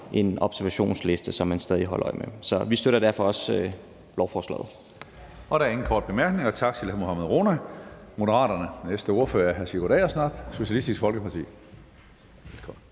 en observationsliste, så man stadig holder øje med dem. Så vi støtter derfor også lovforslaget.